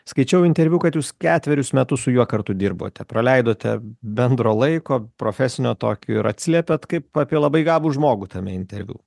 skaičiau interviu kad jūs ketverius metus su juo kartu dirbote praleidote bendro laiko profesinio tokio ir atsiliepėt kaip apie labai gabų žmogų tame interviu